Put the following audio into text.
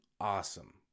awesome